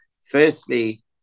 firstly